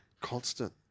constant